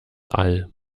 all